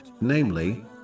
namely